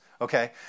okay